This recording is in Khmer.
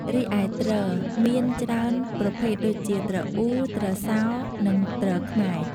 រីឯទ្រ មានច្រើនប្រភេទដូចជា ទ្រអ៊ូ ទ្រសោ និង ទ្រខ្មែរ។